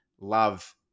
love